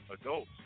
adults